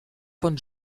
von